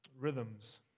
rhythms